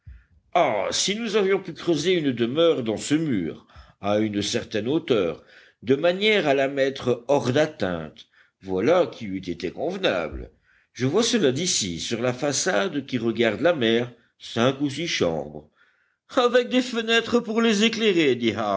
ah si nous avions pu creuser une demeure dans ce mur à une certaine hauteur de manière à la mettre hors d'atteinte voilà qui eût été convenable je vois cela d'ici sur la façade qui regarde la mer cinq ou six chambres avec des fenêtres pour les éclairer